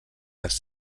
les